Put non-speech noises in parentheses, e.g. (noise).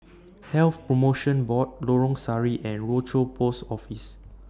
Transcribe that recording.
(noise) Health promotion Board Lorong Sari and Rochor Post Office